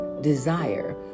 desire